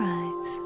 eyes